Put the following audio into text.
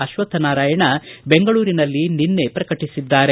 ಅತ್ವಥನಾರಾಯಣ ಬೆಂಗಳೂರಿನಲ್ಲಿ ನಿನ್ನೆ ಪ್ರಕಟಿಸಿದ್ದಾರೆ